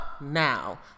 now